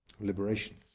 liberation